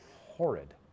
horrid